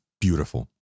beautiful